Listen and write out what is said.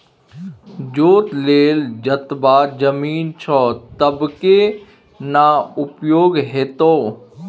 जोत लेल जतबा जमीन छौ ततबेक न उपयोग हेतौ